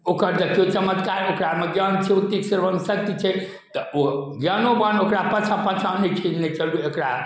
ओकर देखियौ चमत्कार ओकरामे ज्ञान छै नीक श्रवण शक्ति छै तऽ ओ ज्ञानोबान ओकरा पाछाँ पाछाँ होय छै नहि चलू एकरा